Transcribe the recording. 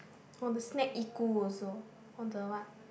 oh the snack also on the what